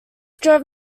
drove